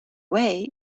way